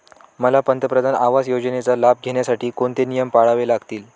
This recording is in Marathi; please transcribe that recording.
मला पंतप्रधान आवास योजनेचा लाभ घेण्यासाठी कोणते नियम पाळावे लागतील?